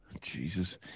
Jesus